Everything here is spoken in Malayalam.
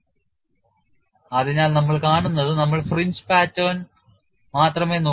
Photoelastic demonstration of usefulness of a patch അതിനാൽ നമ്മൾ കാണുന്നത് നമ്മൾ ഫ്രിഞ്ച് പാറ്റേൺ മാത്രമേ നോക്കൂ